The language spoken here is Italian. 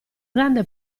grande